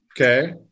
Okay